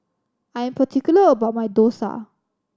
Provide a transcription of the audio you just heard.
I am particular about my dosa